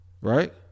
right